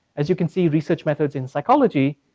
as you can see, research methods in psychology,